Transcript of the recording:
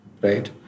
Right